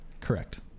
Correct